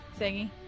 thingy